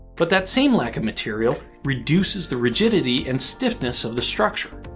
but that same lack of material reduces the rigidity and stiffness of the structure.